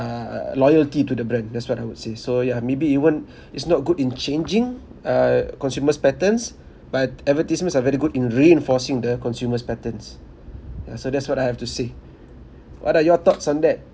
uh uh loyalty to the brand that's what I would say so yeah maybe even is not good in changing uh consumers' patterns but advertisements are very good in reinforcing the consumers' patterns yeah so that's what I have to say what are your thoughts on that